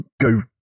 go